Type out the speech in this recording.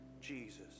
Jesus